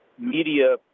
media